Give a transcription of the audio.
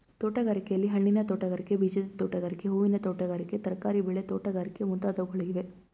ತೋಟಗಾರಿಕೆಯಲ್ಲಿ, ಹಣ್ಣಿನ ತೋಟಗಾರಿಕೆ, ಬೀಜದ ತೋಟಗಾರಿಕೆ, ಹೂವಿನ ತೋಟಗಾರಿಕೆ, ತರಕಾರಿ ಬೆಳೆ ತೋಟಗಾರಿಕೆ ಮುಂತಾದವುಗಳಿವೆ